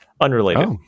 unrelated